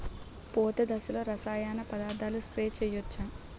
పూత దశలో రసాయన పదార్థాలు స్ప్రే చేయచ్చ?